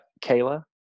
Kayla